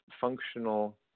functional